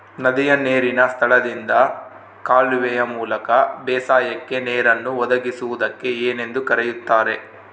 ನದಿಯ ನೇರಿನ ಸ್ಥಳದಿಂದ ಕಾಲುವೆಯ ಮೂಲಕ ಬೇಸಾಯಕ್ಕೆ ನೇರನ್ನು ಒದಗಿಸುವುದಕ್ಕೆ ಏನೆಂದು ಕರೆಯುತ್ತಾರೆ?